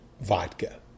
vodka